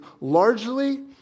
largely